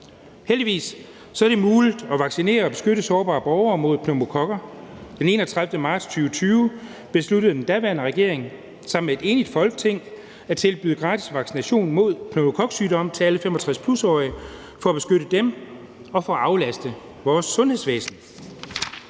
Heldigvis er det muligt at vaccinere og beskytte sårbare borgere mod pneumokokker. Den 31. marts 2020 besluttede den daværende regering sammen med et enigt Folketing at tilbyde gratis vaccination mod pneumokoksygdom til alle 65+-årige for at beskytte dem og for at aflaste vores sundhedsvæsen.